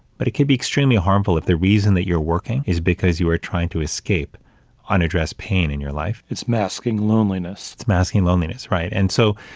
but it could be extremely harmful if the reason that you're working is because you were trying to escape unaddressed pain in your life. it's masking loneliness. it's masking loneliness, right. and so,